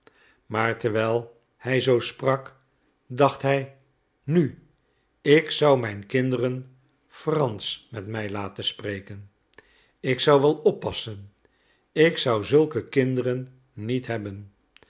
maar terwijl hij zoo sprak dacht hij nu ik zou mijn kinderen fransch met mij laten spreken ik zou wel oppassen ik zou zulke kinderen niet hebben